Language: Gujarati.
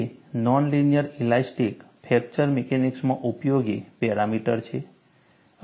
તે નોન લિનિયર ઇલાસ્ટિક ફ્રેક્ચર મિકેનિક્સમાં ઉપયોગી પેરામીટર છે